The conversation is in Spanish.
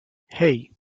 hey